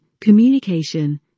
communication